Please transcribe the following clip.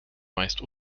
meist